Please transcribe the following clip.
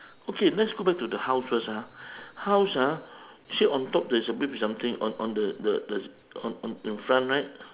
okay let's go back to the house first ah house ah actually on top there's a big something on on the the the on on in front right